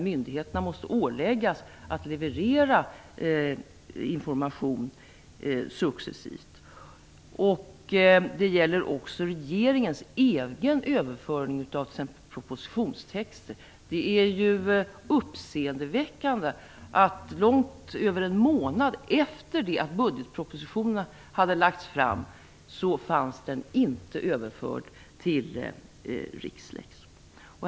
Myndigheterna måste åläggas att leverera information successivt. Det gäller också regeringens egen överföring av t.ex. Det är uppseendeväckande att budgetpropositionen inte var överförd till Rixlex långt över en månad efter det att den hade lagts fram.